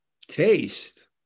taste